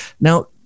Now